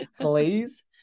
please